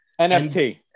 nft